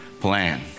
plan